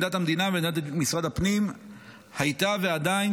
עמדת המדינה ועמדת משרד הפנים הייתה ועדיין